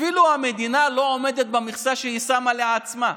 אפילו המדינה לא עומדת במכסה שהיא שמה לעצמה.